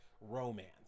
romance